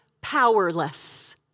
powerless